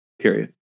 period